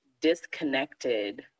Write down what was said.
disconnected